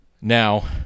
Now